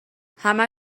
همه